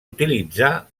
utilitzar